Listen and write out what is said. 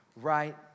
right